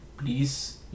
Please